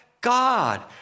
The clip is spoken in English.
God